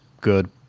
good